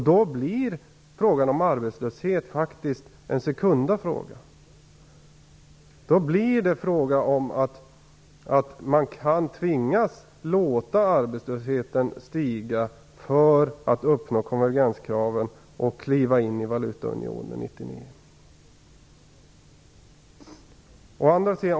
Då blir frågan om arbetslöshet faktiskt en sekunda fråga. Vi kan då tvingas låta arbetslösheten stiga för att uppnå konvergenskraven och kunna kliva in i valutaunionen 1999.